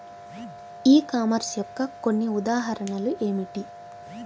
ఈ కామర్స్ యొక్క కొన్ని ఉదాహరణలు ఏమిటి?